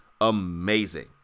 amazing